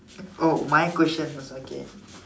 oh my questions okay